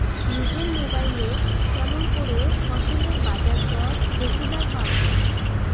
নিজের মোবাইলে কেমন করে ফসলের বাজারদর দেখিবার পারবো?